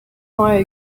fire